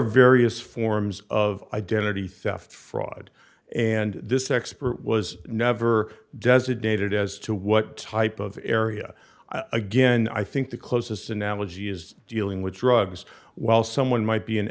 various forms of identity theft fraud and this expert was never designated as to what type of area i guess and i think the closest analogy is dealing with drugs while someone might be an